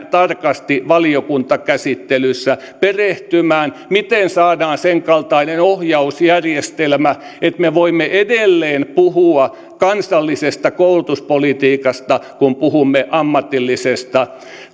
tarkasti valiokuntakäsittelyssä perehtymään miten saadaan senkaltainen ohjausjärjestelmä että me voimme edelleen puhua kansallisesta koulutuspolitiikasta kun puhumme ammatillisesta